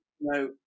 No